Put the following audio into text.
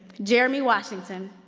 jeremy washington,